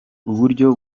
uburyo